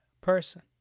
person